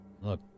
Look